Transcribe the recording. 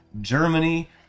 Germany